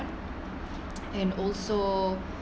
and also